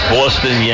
Boston